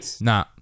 Nah